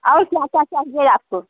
और क्या क्या चाहिए आपको